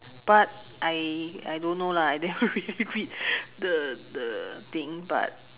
but I I don't know lah I never really read the the thing but